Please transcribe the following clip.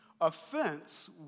Offense